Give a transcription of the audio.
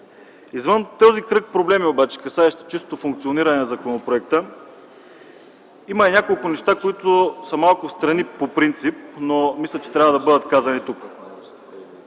Извън този кръг проблеми, касаещи функционирането на законопроекта, има някои неща, които са встрани по принцип, но мисля, че трябва да бъдат казани тук.